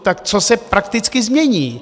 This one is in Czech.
Tak co se prakticky změní?